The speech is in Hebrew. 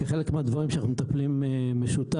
כחלק מהדברים שאנחנו מטפלים במשותף,